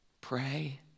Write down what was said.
Pray